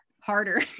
harder